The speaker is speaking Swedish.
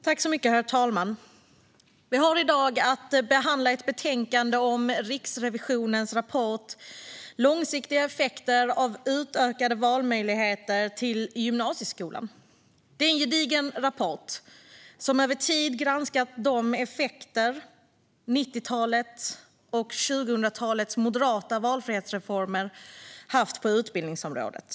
Herr talman! Vi har i dag att behandla ett betänkande om Riksrevisionens rapport Långsiktiga effekter av utökade valmöjligheter till gymnasieskolan . Det är en gedigen rapport som över tid har granskat de effekter som de moderata valfrihetsreformerna från 90 och 00-talen haft på utbildningsområdet.